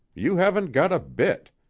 you haven't got a bit.